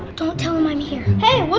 don't tell him i'm here. hey,